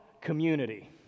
Community